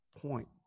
point